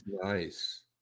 nice